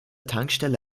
tankstelle